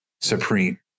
Supreme